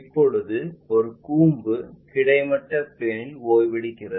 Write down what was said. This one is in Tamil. இப்போது ஒரு கூம்பு கிடைமட்ட பிளேன்இல் ஓய்வெடுக்கிறது